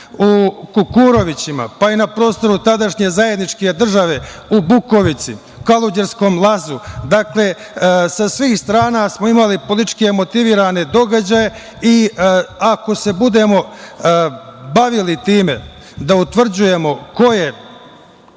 u Kukurovićima, pa i na prostoru tadašnje zajedničke države u Bukovici, u Kaluđerskom lazu, dakle, sa svih strana smo imali političke motivisane događaje i ako se budemo bavili time da utvrđujemo ko je